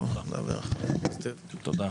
תודה.